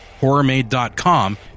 HorrorMade.com